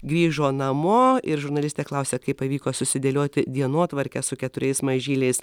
grįžo namo ir žurnalistė klausia kaip pavyko susidėlioti dienotvarkę su keturiais mažyliais